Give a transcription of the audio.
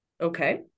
Okay